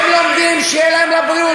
הם לומדים, שיהיה להם לבריאות.